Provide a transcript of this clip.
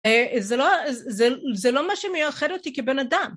זה לא מה שמייחד אותי כבן אדם.